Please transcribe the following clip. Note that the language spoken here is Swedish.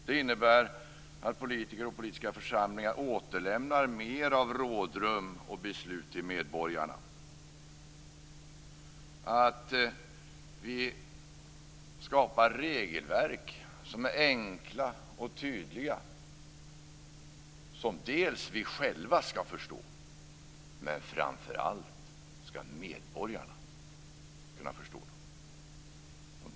Det innebär att politiker och politiska församlingar återlämnar mera av rådrum och beslut till medborgarna, att vi skapar regelverk som är enkla och tydliga och som vi själva skall förstå - men framför allt att medborgarna skall förstå dem.